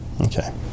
Okay